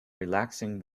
relaxing